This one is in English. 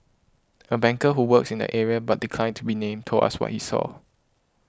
a banker who works in the area but declined to be named told us what he saw